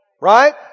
right